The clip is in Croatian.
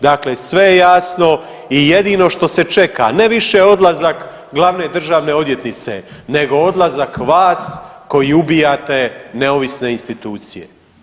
Dakle, sve je jasno i jedino što se čeka ne više odlazak glavne državne odvjetnice, nego odlazak vas koji ubijate neovisne institucije.